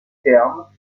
thermes